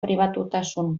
pribatutasun